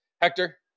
Hector